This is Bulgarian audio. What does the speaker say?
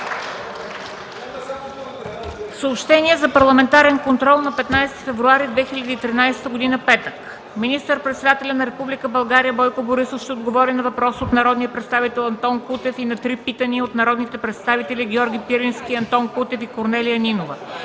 Съобщение за Парламентарен контрол на 15 февруари 2013 г., петък. 1. Министър-председателят на Република България Бойко Борисов ще отговори на въпрос от народния представител Антон Кутев и на три питания от народните представители Георги Пирински, Антон Кутев, и Корнелия Нинова.